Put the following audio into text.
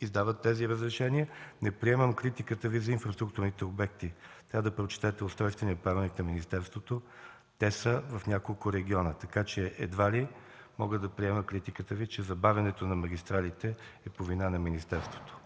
издават тези разрешения. Не приемам критиката Ви за инфраструктурните обекти, трябва да прочетете Устройствения правилник на министерството – те са в няколко региона. Така че едва ли мога да приема критиката Ви, че забавянето на магистралите е по вина на министерството.